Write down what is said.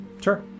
Sure